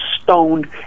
stoned